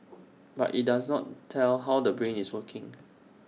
but IT does not tell how the brain is working